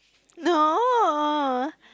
no